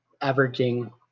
averaging